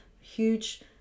huge